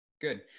Good